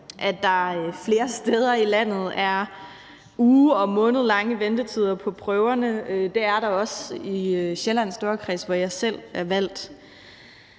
at der flere steder i landet er uge- og månedlange ventetider på prøverne. Det er der også i Sjællands Storkreds, hvor jeg selv er valgt.